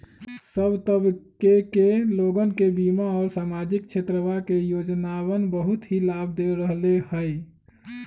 सब तबके के लोगन के बीमा और सामाजिक क्षेत्रवा के योजनावन बहुत ही लाभ दे रहले है